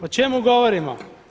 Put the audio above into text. O čemu govorimo?